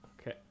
Okay